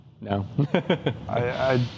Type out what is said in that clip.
No